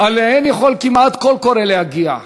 שאליהן יכול כמעט כל קורא להגיע,